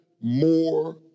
more